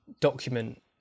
document